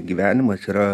gyvenimas yra